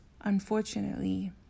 unfortunately